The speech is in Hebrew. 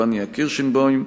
פניה קירשנבאום,